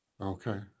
okay